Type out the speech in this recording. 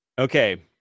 Okay